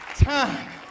time